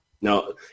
No